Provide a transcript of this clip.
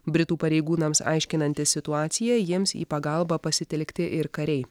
britų pareigūnams aiškinantis situaciją jiems į pagalbą pasitelkti ir kariai